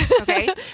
Okay